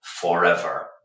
forever